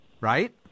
right